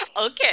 Okay